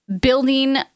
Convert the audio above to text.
building